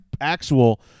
actual